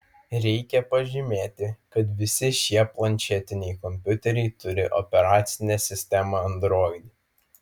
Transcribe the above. reikia pažymėti kad visi šie planšetiniai kompiuteriai turi operacinę sistemą android